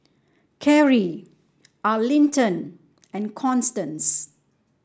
Karrie Arlington and Constance